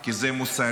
כי זה מוסרי,